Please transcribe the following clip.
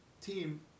team